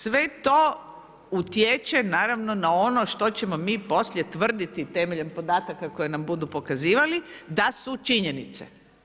Sve to utječe naravno na ono što ćemo mi poslije tvrditi temeljem podataka koje nam budu pokazivali da su činjenice.